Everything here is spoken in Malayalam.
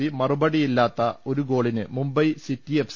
സി മറുപടിയില്ലാത്ത ഒരു ഗോളിന് മുംബൈ സിറ്റി എഫ്